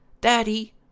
Daddy